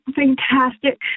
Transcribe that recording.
fantastic